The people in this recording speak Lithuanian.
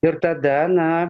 ir tada na